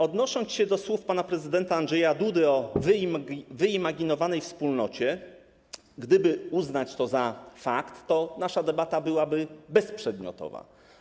Odnosząc się do słów pana prezydenta Andrzeja Dudy o wyimaginowanej wspólnocie, gdyby uznać to za fakt, to nasza debata byłaby bezprzedmiotowa.